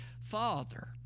Father